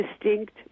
distinct